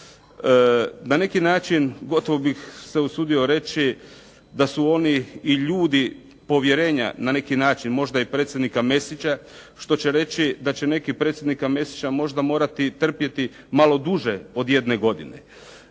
Na neki način gotovo bih se usudio reći da su oni i ljudi povjerenja na neki način, možda i predsjednika Mesića, što će reći da će neki predsjednika Mesića možda morati i trpjeti malo duže od jedne godine.